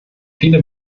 viele